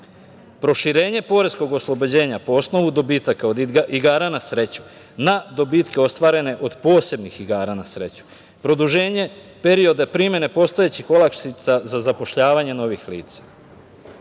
fonda. Proširenje poreskog oslobođenja po osnovu dobitaka od igara na sreću na dobitke ostvarene od posebnih igara na sreću, produženje perioda primene postojećih olakšica za zapošljavanje novih lica. Drugi